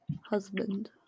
husband